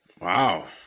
Wow